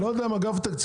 לא יודע אם אגף תקציבים.